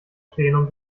plenum